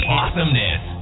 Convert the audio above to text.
awesomeness